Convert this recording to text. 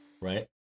right